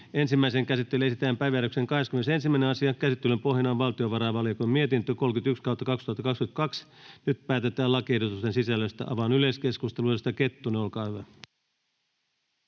Ensimmäiseen käsittelyyn esitellään päiväjärjestyksen 21. asia. Käsittelyn pohjana on valtiovarainvaliokunnan mietintö VaVM 31/2022 vp. Nyt päätetään lakiehdotusten sisällöstä. — Avaan yleiskeskustelun. Edustaja Kettunen, olkaa hyvä.